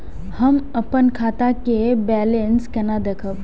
हम अपन खाता के बैलेंस केना देखब?